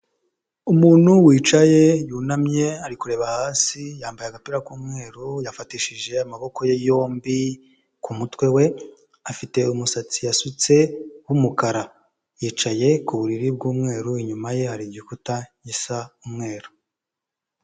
Umuntu wicaye, yunamye ari kureba hasi, yambaye agapira k'umweru, yafatishije amaboko ye yombi ku mutwe we, afite umusatsi yasutse w'umukara, yicaye ku buriri bw'umweru, inyuma ye hari igikuta gisa umweru.